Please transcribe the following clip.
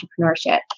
entrepreneurship